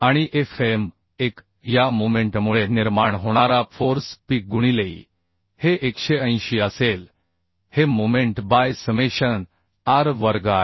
आणि Fm 1 या मोमेंटमुळे निर्माण होणारा फोर्स P गुणिले ee हे 180 असेल हे मोमेंट बाय समेशन r वर्ग आहे